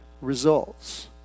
results